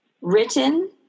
written